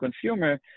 consumer